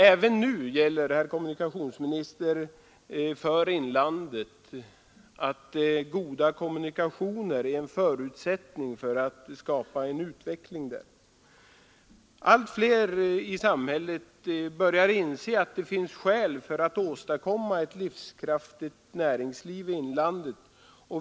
Även nu gäller det, herr kommunikationsminister, för inlandet att goda kommunikationer är en förutsättning för utveckling där. Allt fler i samhället börjar inse att det finns skäl för att åstadkomma ett livskraftigt näringsliv i inlandet.